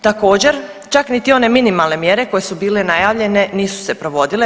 Također čak niti one minimalne mjere koje su bile najavljene nisu se provodile.